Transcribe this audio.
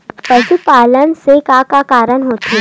पशुपालन से का का कारण होथे?